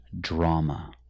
Drama